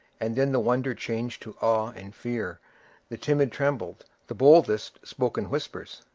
and then the wonder changed to awe and fear the timid trembled the boldest spoke in whispers.